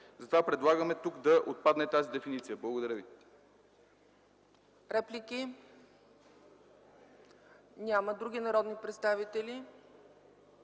Предлагаме тук да отпадне тази дефиниция. Благодаря ви.